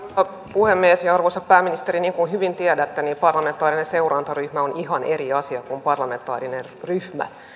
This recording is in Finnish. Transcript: puhemies arvoisa pääministeri niin kuin hyvin tiedätte parlamentaarinen seurantaryhmä on ihan eri asia kuin parlamentaarinen ryhmä